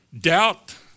Doubt